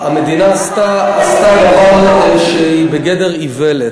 המדינה עשתה דבר שהוא בגדר איוולת.